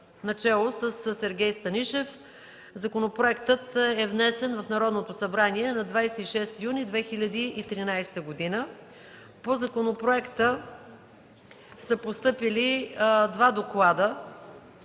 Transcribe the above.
народни представители. Законопроектът е внесен в Народното събрание на 26 юни 2013 г. По законопроекта са постъпили два доклада